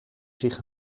zich